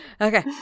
Okay